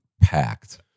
packed